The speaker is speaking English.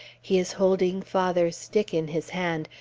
he is holding father's stick in his hand,